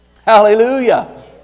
Hallelujah